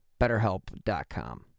BetterHelp.com